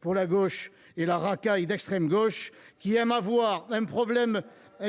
pour la gauche et la racaille d’extrême gauche qui aiment à voir un « problème